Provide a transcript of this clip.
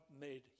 made